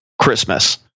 Christmas